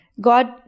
God